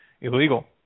illegal